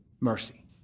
Mercy